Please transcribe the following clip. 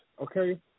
Okay